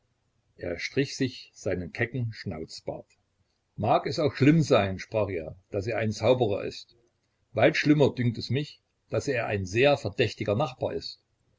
er strich sich seinen kecken schnauzbart mag es auch schlimm sein sprach er daß er ein zauberer ist weit schlimmer dünkt es mich daß er ein sehr verdächtiger nachbar ist